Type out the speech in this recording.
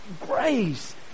Grace